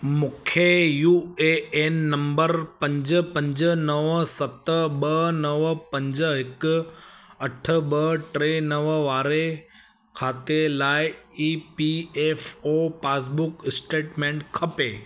मूंखे U A N number पंज पंज नव सत ॿ नव पंज हिकु अठ ॿ टे नव वारे खाते लाइ E P F O passbook statement खपे